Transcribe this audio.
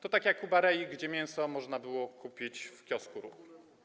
To tak jak u Barei, gdzie mięso można było kupić w kiosku ruchu.